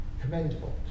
commendable